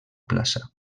plaça